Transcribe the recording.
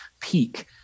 peak